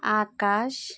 ಆಕಾಶ